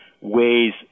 ways